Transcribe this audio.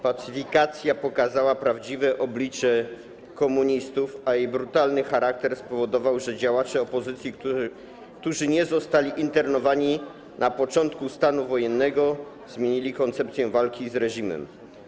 Pacyfikacja pokazała prawdziwe oblicze komunistów, a jej brutalny charakter spowodował, że działacze opozycji, którzy nie zostali internowani na początku stanu wojennego, zmienili koncepcję walki z reżimem.